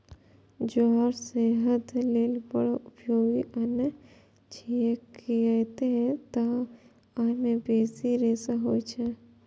ज्वार सेहत लेल बड़ उपयोगी अन्न छियै, कियैक तं अय मे बेसी रेशा होइ छै